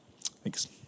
Thanks